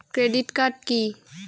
Credit card key?